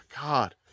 God